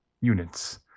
units